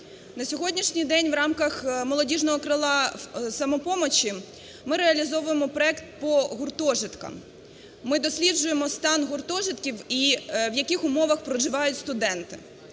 На сьогоднішній день в рамках молодіжного крила "Самопомочі" ми реалізовуємо проект по гуртожитках. Ми досліджуємо стан гуртожитків і в яких умовах проживають студенти.